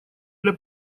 для